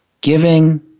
giving